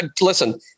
Listen